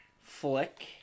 flick